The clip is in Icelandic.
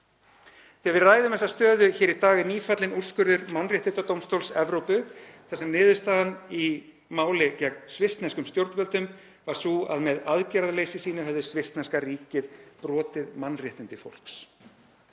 Þegar við ræðum þessa stöðu hér í dag er nýfallinn úrskurður Mannréttindadómstóls Evrópu þar sem niðurstaðan í máli gegn svissneskum stjórnvöldum var sú að með aðgerðaleysi sínu hefði svissneskan ríkið brotið mannréttindi fólks.